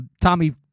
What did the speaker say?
Tommy